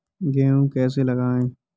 गेहूँ कैसे लगाएँ?